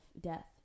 death